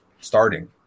starting